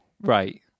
Right